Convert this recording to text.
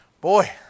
boy